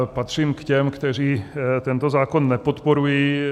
Patřím k těm, kteří tento zákon nepodporují.